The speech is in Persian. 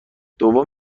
دوم